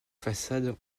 façade